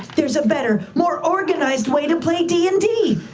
there's a better, more organized way to play d and d!